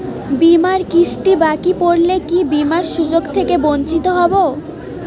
বিমার কিস্তি বাকি পড়লে কি বিমার সুযোগ থেকে বঞ্চিত হবো?